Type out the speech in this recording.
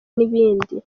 n’ibindi